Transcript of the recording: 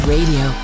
Radio